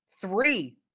three